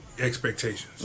expectations